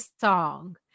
song